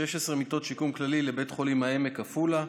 16 מיטות שיקום כללי לבית החולים העמק בעפולה,